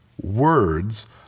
words